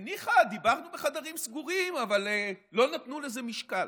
ניחא, דיברנו בחדרים סגורים אבל לא נתנו לזה משקל.